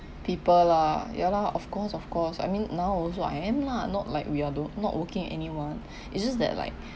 people lah ya lah of course of course I mean now also I am lah not like we are don't not working with anyone it's just that like